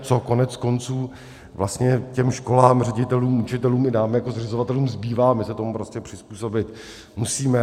Co koneckonců vlastně těm školám, ředitelům, učitelům i nám jako zřizovatelům zbývá, my se tomu prostě přizpůsobit musíme.